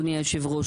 אדוני היושב-ראש,